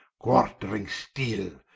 quartering steele,